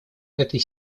этой